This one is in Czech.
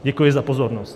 Děkuji za pozornost.